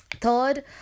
Third